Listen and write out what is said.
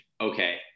okay